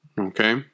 Okay